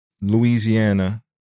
Louisiana